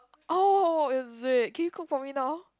oh is it can you cook for me now